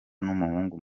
n’umuhungu